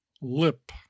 lip